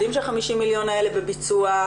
יודעים שה-50 מיליון האלה בביצוע,